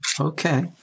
Okay